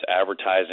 advertising